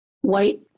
white